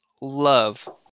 love